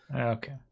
Okay